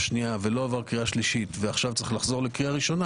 שנייה ולא שלישית ועכשיו צריך לעבור ראשונה,